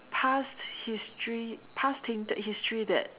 past history past thing tainted history that